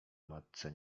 matce